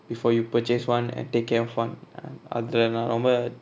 before you purchase one and take care of one err அதுலலா ரொம்ப:athulala romba